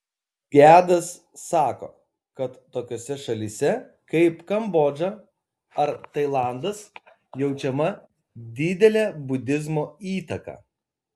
gedas sako kad tokiose šalyse kaip kambodža ar tailandas jaučiama didelė budizmo įtaka